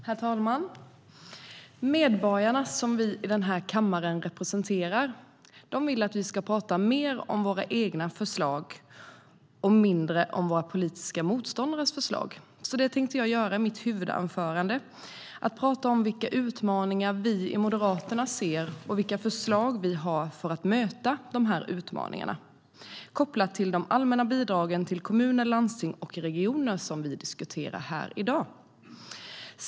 Herr talman! Medborgarna som vi i denna kammare representerar vill att vi ska tala mer om våra egna förslag och mindre om våra politiska motståndares förslag. Därför tänkte jag i mitt huvudanförande tala om vilka utmaningar vi i Moderaterna ser och vilka förslag vi har för att möta dessa utmaningar kopplat till de allmänna bidragen till kommuner, landsting och regioner, som vi diskuterar här i dag.